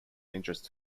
interest